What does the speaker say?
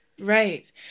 right